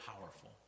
powerful